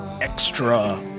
extra